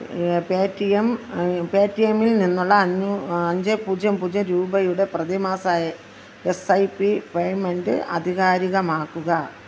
പേ T M pay T എമ്മിൽ നിന്നുള്ള അ അഞ്ച് പൂജ്യം പൂജ്യം രൂപയുടെ പ്രതിമാസ എസ് ഐ പി പേയ്മെൻറ്റ് അധികാരികമാക്കുക